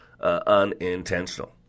unintentional